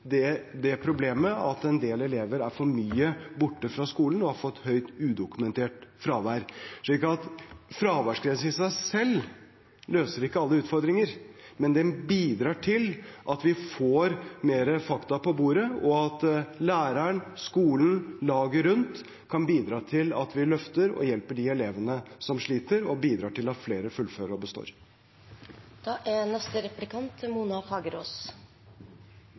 det problemet at en del elever er for mye borte fra skolen og har for høyt udokumentert fravær. Fraværsgrensen i seg selv løser ikke alle utfordringer, men bidrar til at vi får flere fakta på bordet, og at læreren, skolen og laget rundt kan bidra til at vi løfter og hjelper de elevene som sliter, og bidrar til at flere fullfører og består.